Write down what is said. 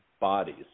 bodies